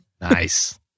Nice